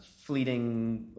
fleeting